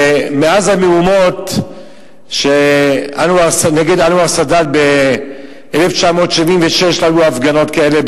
מאז המהומות נגד אנואר סאדאת ב-1976 לא היו הפגנות כאלה,